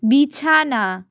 বিছানা